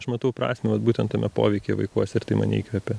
aš matau prasmę vat būtent tame poveikyje vaikuose ir tai mane įkvepia